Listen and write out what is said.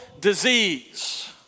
disease